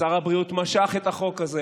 שר הבריאות משך את החוק הזה.